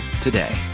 today